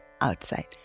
outside